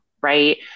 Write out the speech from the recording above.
right